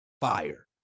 Fire